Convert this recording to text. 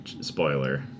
spoiler